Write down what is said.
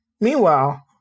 Meanwhile